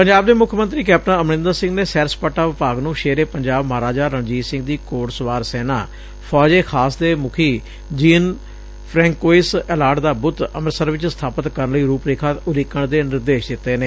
ਪੰਜਾਬ ਦੇ ਮੁੱਖ ਮੰਤਰੀ ਕੈਪਟਨ ਅਮਰੰਦਰ ਸੰਘ ਨੇ ਸੈਰ ਸਪਾਟਾ ਵਿਭਾਗ ਨੰ ਸ਼ੇਰ ਏ ਪੰਜਾਬ ਮਹਾਰਾਜਾ ਰਣਜੀਤ ਸਿੰਘ ਦੀ ਘੋੜ ਸਵਾਰ ਸੈਨਾ ਫੌਜ ਏ ਖਾਸ ਦੇ ਮੁਖੀ ਜੀਅਨ ਫਰੈਂਕੋਇਸ ਐਲਾਰਡ ਦਾ ਬੁੱਤ ੰਮ੍ਤਿਤਸਰ ਵਿੱਚ ਸਥਾਪਤ ਕਰਨ ਲਈ ਰੁਪ ਰੇਖਾ ਉਲੀਕਣ ਦੇ ਨਿਰਦੇਸ਼ ਦਿੱਤੇ ਨੇ